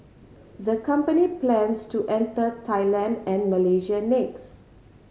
the company plans to enter Thailand and Malaysia next